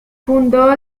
fundó